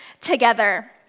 together